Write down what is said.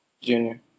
Junior